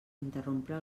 interrompre